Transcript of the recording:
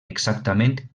exactament